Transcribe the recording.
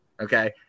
Okay